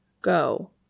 Go